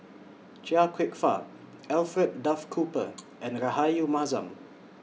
Chia Kwek Fah Alfred Duff Cooper and Rahayu Mahzam